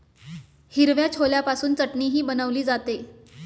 हिरव्या छोल्यापासून चटणीही बनवली जाते